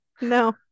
No